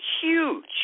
huge